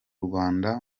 rwanda